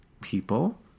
people